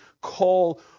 call